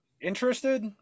Interested